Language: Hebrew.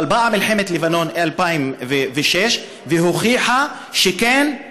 אבל באה מלחמת לבנון 2006 והוכיחה שכן,